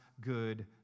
good